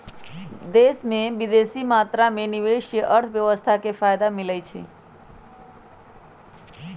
देश में बेशी मात्रा में निवेश से अर्थव्यवस्था को फयदा मिलइ छइ